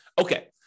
Okay